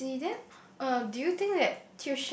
I see then uh do you think that